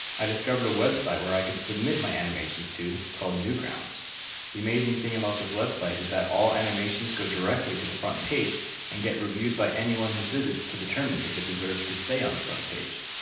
i discovered a website where i could submit my animations to, called newgrounds the amazing thing about this website is that all animations go directly to the front page and get reviewed by anyone who visits, to determine if it deserves to stay on the front page.